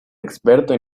experto